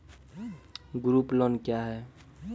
Group loan क्या है?